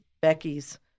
Becky's